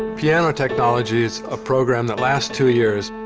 piano technology is a program that lasts two years.